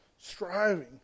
striving